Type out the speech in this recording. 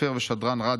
סופר ושדרן רדיו,